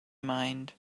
mind